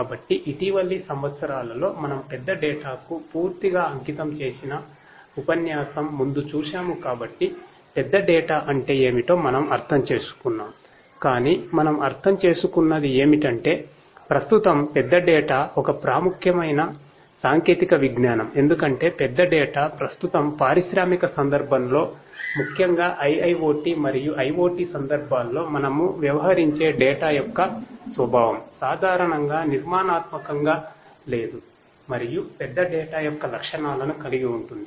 కాబట్టి ఇటీవలి సంవత్సరాలలో మనం బిగ్ డేటా యొక్క లక్షణాలను కలిగి ఉంటుంది